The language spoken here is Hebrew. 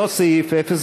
אותו סעיף,